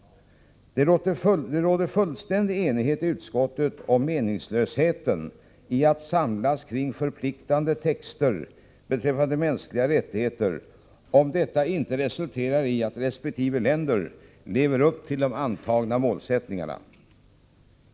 Det råder fullständig enighet i utskottet om meningslösheten i att samlas kring förpliktande texter beträffande mänskliga rättigheter, om detta inte resulterar i att resp. länder lever upp till de antagna målsättningarna.